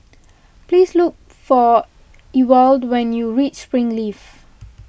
please look for Ewald when you reach Springleaf